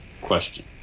question